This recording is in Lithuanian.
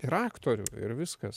ir aktorių ir viskas